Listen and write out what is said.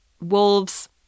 wolves